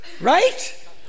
Right